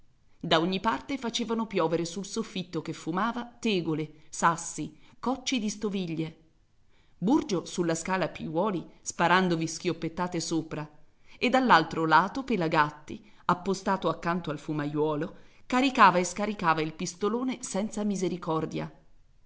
da ogni parte facevano piovere sul soffitto che fumava tegole sassi cocci di stoviglie burgio sulla scala a piuoli sparandovi schioppettate sopra e dall'altro lato pelagatti appostato accanto al fumaiuolo caricava e scaricava il pistolone senza misericordia